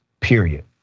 period